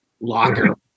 locker